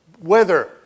weather